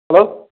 hello